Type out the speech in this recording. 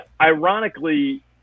ironically